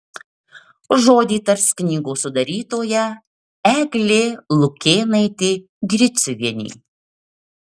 žodį tars knygos sudarytoja eglė lukėnaitė griciuvienė